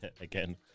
Again